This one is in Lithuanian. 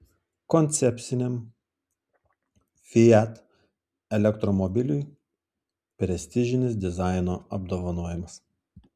koncepciniam fiat elektromobiliui prestižinis dizaino apdovanojimas